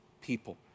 people